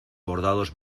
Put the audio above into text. bordados